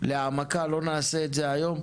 להעמקה לא נעשה את זה היום.